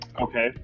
okay